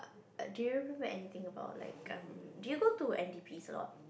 uh do you remember anything about like um do you go to N D P S a lot